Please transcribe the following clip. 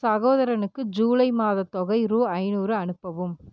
சகோதரனுக்கு ஜூலை மாதத் தொகை ரூ ஐநூறு அனுப்பவும்